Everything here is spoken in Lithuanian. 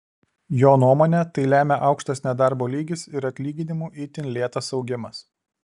jo nuomone tai lemia aukštas nedarbo lygis ir atlyginimų itin lėtas augimas